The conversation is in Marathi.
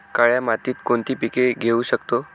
काळ्या मातीत कोणती पिके घेऊ शकतो?